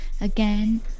again